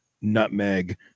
nutmeg